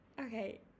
okay